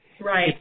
Right